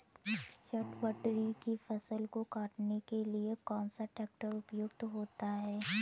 चटवटरी की फसल को काटने के लिए कौन सा ट्रैक्टर उपयुक्त होता है?